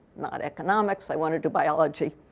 not economics. i want to do biology.